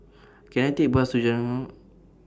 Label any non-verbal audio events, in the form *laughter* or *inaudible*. Can I Take Bus to Jalan *unintelligible*